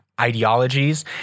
ideologies